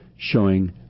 showing